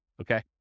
Okay